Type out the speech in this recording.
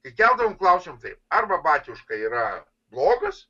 kai keldavom klausimą taip arba batiuška yra blogas